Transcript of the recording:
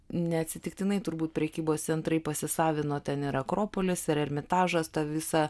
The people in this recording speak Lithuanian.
neatsitiktinai turbūt prekybos centrai pasisavino ten ir akropolis ir ermitažas tą visą